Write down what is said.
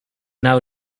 now